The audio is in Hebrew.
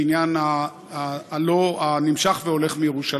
בעניין ה"לא" הנמשך והולך מירושלים.